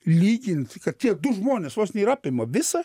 lygint kad tie du žmonės vos ne ir apima visą